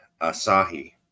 asahi